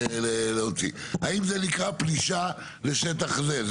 האם זה נקרא פלישה לשטח זה?